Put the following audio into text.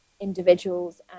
individuals